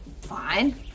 Fine